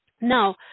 Now